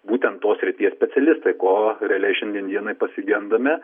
būtent tos srities specialistai ko realiai šiandien dienai pasigendame